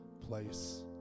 place